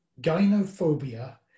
Gynophobia